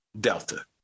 delta